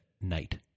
night